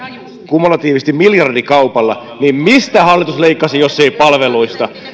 kumulatiivisesti miljardikaupalla niin mistä hallitus leikkasi jos ei palveluista